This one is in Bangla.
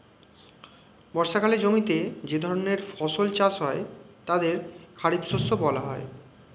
বর্ষাকালে জমিতে যে ধরনের ফসল চাষ হয় তাদের খারিফ শস্য বলা হয়